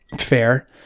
Fair